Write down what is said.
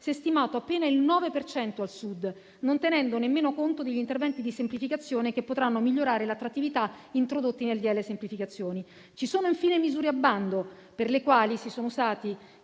si è stimato appena il 9 per cento al Sud, non tenendo nemmeno conto degli interventi di semplificazione, che potranno migliorare l'attrattività, introdotti nel decreto-legge semplificazioni. Ci sono infine misure a bando, per le quali si sono usati